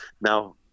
now